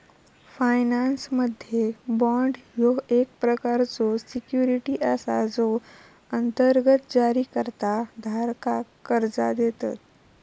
फायनान्समध्ये, बाँड ह्यो एक प्रकारचो सिक्युरिटी असा जो अंतर्गत जारीकर्ता धारकाक कर्जा देतत